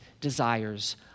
desires